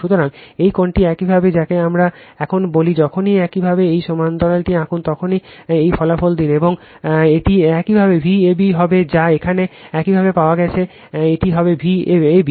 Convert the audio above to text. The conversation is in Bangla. সুতরাং এই কোণটি একইভাবে যাকে আমরা এখন বলি যখনই একইভাবে এই সমান্তরালটি আঁকুন তখনই এই ফলাফল দিন এবং একটি এটি একইভাবে Vab হবে যা এখানে একইভাবে পাওয়া গেছে এটি হবে V ab